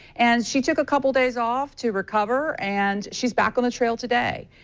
and she took a couple of days off to recover and she's back on the trail today.